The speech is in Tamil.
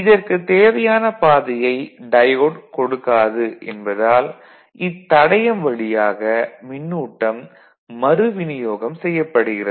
இதற்குத் தேவையான பாதையை டயோடு கொடுக்காது என்பதால் இத்தடையம் வழியாக மின்னூட்டம் மறுவிநியோகம் செய்யப்படுகிறது